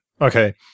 okay